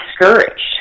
discouraged